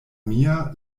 mia